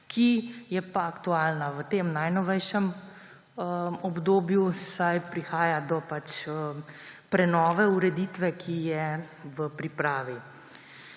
ki je pa aktualna v tem najnovejšem obdobju, saj prihaja do prenove ureditve, ki je v pripravi.